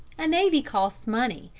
a navy costs money,